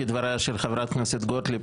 כדבריה של חברת הכנסת גוטליב,